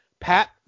Pat